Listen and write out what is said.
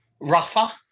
Rafa